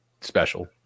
special